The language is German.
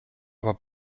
aber